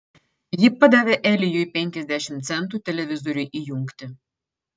ji padavė eliui penkiasdešimt centų televizoriui įjungti